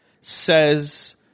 says